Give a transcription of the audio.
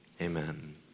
amen